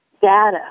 data